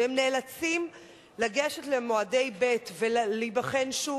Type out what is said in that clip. והם נאלצים לגשת למועדי ב' ולהיבחן שוב,